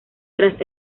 tras